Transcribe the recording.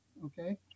Okay